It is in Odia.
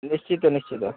ନିଶ୍ଚିତ ନିଶ୍ଚିତ